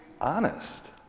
honest